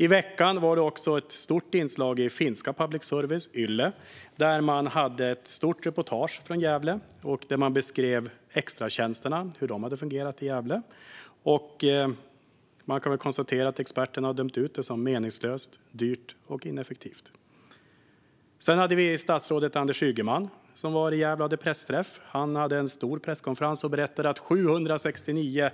I veckan var det också ett stort inslag i Finlands public service, Yle, där man i ett stort reportage från Gävle beskrev extratjänsterna och hur de hade fungerat där. Vi kan konstatera att experterna har dömt ut det som meningslöst, dyrt och ineffektivt. Statsrådet Anders Ygeman har också varit i Gävle och hållit en pressträff. Det var en stor presskonferens där han berättade att det skulle bli ytterligare 761